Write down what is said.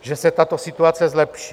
že se tato situace zlepší.